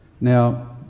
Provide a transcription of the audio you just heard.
Now